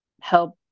help